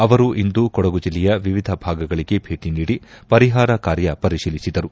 ಅವರು ಇಂದು ಕೊಡಗು ಜಿಲ್ಲೆಯ ವಿವಿಧ ಭಾಗಗಳಿಗೆ ಭೇಟಿ ನೀಡಿ ಪರಿಹಾರ ಕಾರ್ಯ ಪರಿಶೀಲಿಸಿದರು